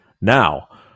Now